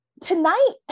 tonight